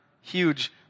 huge